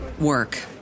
work